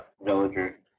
villager